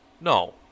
No